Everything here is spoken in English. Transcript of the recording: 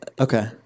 Okay